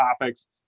topics